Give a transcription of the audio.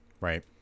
right